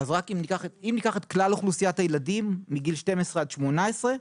אם ניקח את כלל אוכלוסיית הילדים מגיל 12 עד 18,